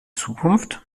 zukunft